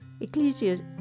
Ecclesiastes